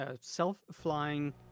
self-flying